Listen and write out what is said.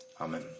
Amen